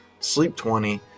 SLEEP20